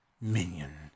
minion